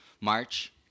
March